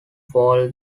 fall